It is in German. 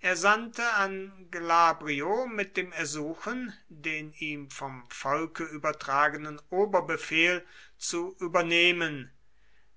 er sandte an glabrio mit dem ersuchen den ihm vom volke übertragenen oberbefehl zu übernehmen